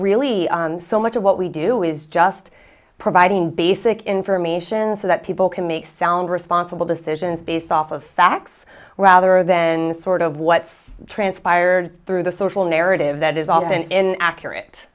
really so much of what we do is just providing basic information so that people can make sound responsible decisions based off of facts rather than sort of what's transpired through the social narrative that has all been accurate